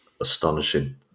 astonishing